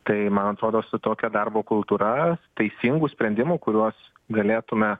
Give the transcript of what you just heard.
tai man atrodo su tokia darbo kultūra teisingų sprendimų kuriuos galėtume